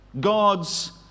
God's